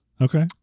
Okay